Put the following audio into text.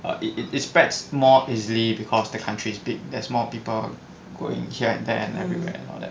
it it it spreads more easily because the country's big there's more people going here and there and everywhere and all that